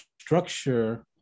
structure